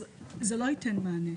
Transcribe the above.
אז זה לא ייתן מענה.